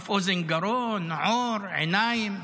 אף אוזן גרון, עור, עיניים,